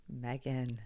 Megan